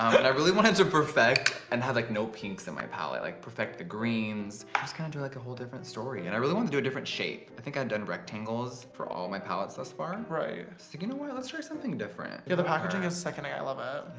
um and i really wanted to perfect and have like no kinks in my palate like perfect the greens just kind of you're like a whole different story and i really want to do a different shape i think i'm done rectangles for all my palettes thus far and right stick in a while. that's very something different you're the packaging is seconding. i love it.